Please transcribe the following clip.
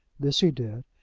this he did,